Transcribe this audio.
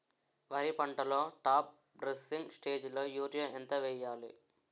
వరి పంటలో top dressing స్టేజిలో యూరియా ఎంత వెయ్యాలి?